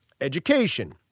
education